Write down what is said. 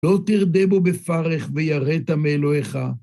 לא תרדה בו בפרך, ויראת מאלוהיך.